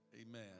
Amen